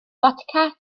fodca